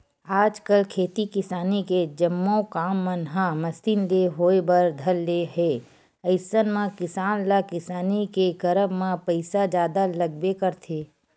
आजकल खेती किसानी के जम्मो काम मन ह मसीन ले होय बर धर ले हे अइसन म किसान ल किसानी के करब म पइसा जादा लगबे करथे